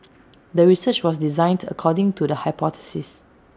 the research was designed according to the hypothesis